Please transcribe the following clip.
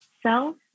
self